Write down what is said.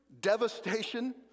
devastation